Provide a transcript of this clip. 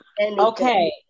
Okay